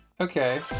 Okay